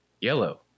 Yellow